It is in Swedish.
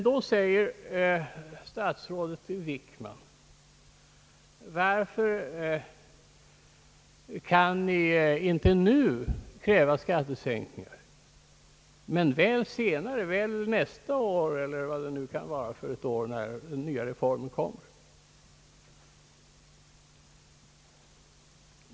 Då säger statsrådet Wickman: Varför kan ni inte kräva skattesänkningar i år men kanske nästa år, eller när skattereformen nu kommer?